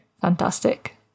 fantastic